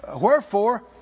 wherefore